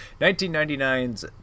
1999's